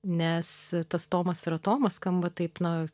nes tas tomas ir atomas skamba taip na